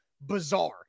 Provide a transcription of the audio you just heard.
bizarre